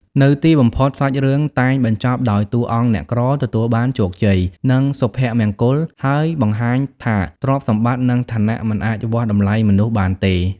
នៅទីបំផុត សាច់រឿងតែងបញ្ចប់ដោយតួអង្គអ្នកក្រទទួលបានជោគជ័យ និងសុភមង្គល ហើយបង្ហាញថា ទ្រព្យសម្បត្តិ និងឋានៈ មិនអាចវាស់តម្លៃមនុស្សបានទេ។